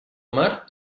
mar